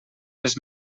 les